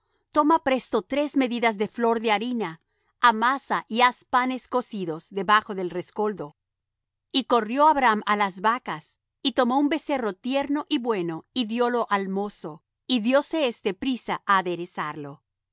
toma presto tres medidas de flor de harina amasa y haz panes cocidos debajo del rescoldo y corrió abraham á las vacas y tomó un becerro tierno y bueno y diólo al mozo y dióse éste priesa á aderezarlo